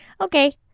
Okay